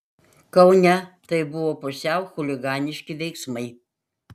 kaune tai buvo pusiau chuliganiški veiksmai